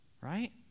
right